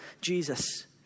Jesus